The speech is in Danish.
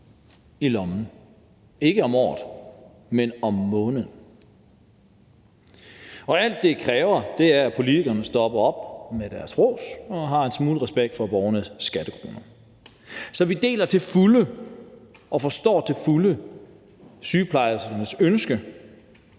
i lommen, ikke om året, men om måneden. Alt, det kræver, er, at politikerne stopper med deres frås og har en smule respekt for borgernes skattekroner. Så vi deler til fulde og forstår til fulde sygeplejerskernes ønske